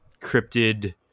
cryptid